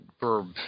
verb